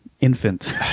infant